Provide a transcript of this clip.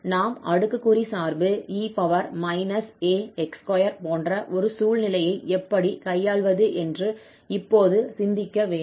நாம் அடுக்குக்குறி சார்பு e ax2 போன்ற ஒரு சூழ்நிலையை எப்படி கையாள்வது என்று இப்போது சிந்திக்க வேண்டும்